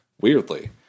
Weirdly